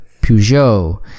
Peugeot